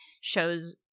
shows